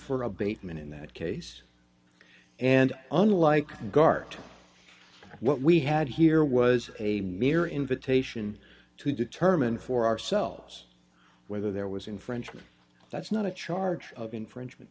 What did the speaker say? for abatement in that case and unlike gart what we had here was a mere invitation to determine for ourselves whether there was in french that's not a charge of infringement